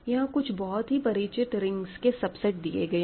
यहां कुछ बहुत ही परिचित रिंग्स के सबसेट दिए गए हैं